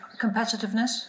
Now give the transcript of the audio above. competitiveness